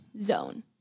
zone